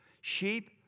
Sheep